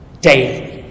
daily